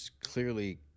clearly